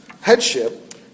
headship